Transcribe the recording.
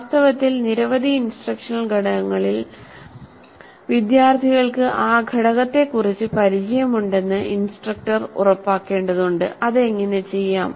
വാസ്തവത്തിൽ നിരവധി ഇൻസ്ട്രക്ഷണൽ ഘടകങ്ങളിൽ വിദ്യാർത്ഥികൾക്ക് ആ ഘടകത്തെക്കുറിച്ച് പരിചയമുണ്ടെന്ന് ഇൻസ്ട്രക്ടർ ഉറപ്പാക്കേണ്ടതുണ്ട് അത് എങ്ങനെ ചെയ്യാം